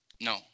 no